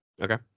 Okay